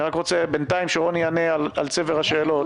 אני רוצה בינתיים שרוני יענה על צבר השאלות.